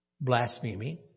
blasphemy